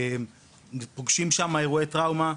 פוגשים שם אירועי טראומה,